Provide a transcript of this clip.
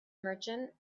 merchant